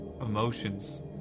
emotions